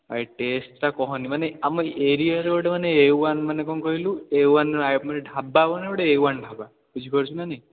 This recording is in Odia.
ଭାଇ ଟେଷ୍ଟ୍ଟା କୁହନି ମାନେ ଆମ ଏ ଏରିଆର ଗୋଟେ ଏ ୱାନ୍ ମାନେ କ'ଣ କହିଲୁ ଏ ୱାନ୍ ମାନେ ଢ଼ାବା ମାନେ ଗୋଟେ ଏ ୱାନ୍ ଢ଼ାବା ବୁଝିପାରୁଛୁ ନା ନାହିଁ